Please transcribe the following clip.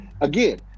again